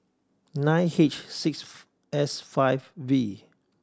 nine H six S five V